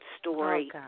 story